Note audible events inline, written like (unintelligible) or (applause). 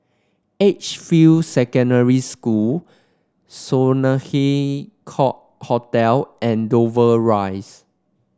Edgefield Secondary School Sloane (unintelligible) Court Hotel and Dover Rise